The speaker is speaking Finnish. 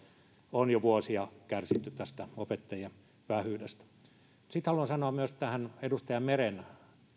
on jo vuosia kärsitty opettajien vähyydestä sitten haluan sanoa myös tähän edustaja meren